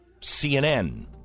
CNN